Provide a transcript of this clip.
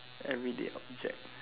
everyday object